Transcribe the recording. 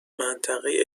منطقه